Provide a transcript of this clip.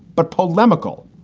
but polemical.